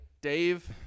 Dave